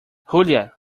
julia